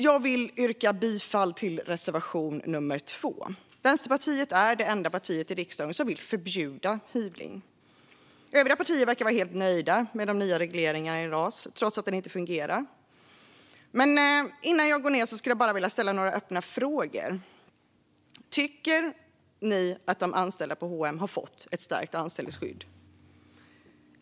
Jag vill yrka bifall till reservation 2. Vänsterpartiet är det enda partiet i riksdagen som vill förbjuda hyvling. Övriga partier verkar vara nöjda med den nya regleringen i LAS - trots att den inte fungerar. Men innan jag lämnar talarstolen skulle jag vilja ställa några öppna frågor. Tycker ni att de anställda på H & M har fått ett "stärkt anställningsskydd"?